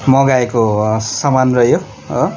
मगाएको सामान रह्यो हो